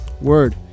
word